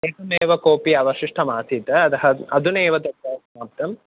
एकमेव कोऽपि अवशिष्टमासीत् अतः अधुनेव तत् समाप्तं